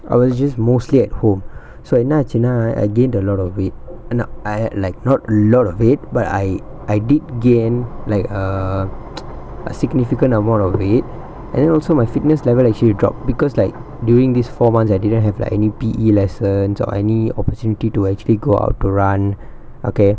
I was just mostly at home so என்னாச்சுனா:ennachunaa I gained a lot of weight ஆனா:aanaa I had like not a lot of weight but I I did gain like err a significant amount of it and then also my fitness level actually drop because like during this four months I didn't have like any P_E lessons or any opportunity to actually go out to run okay